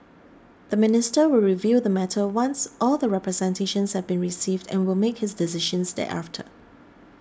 the minister will review the matter once all the representations have been received and will make his decisions thereafter